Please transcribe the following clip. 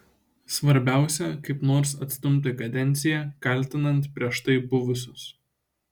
svarbiausia kaip nors atstumti kadenciją kaltinant prieš tai buvusius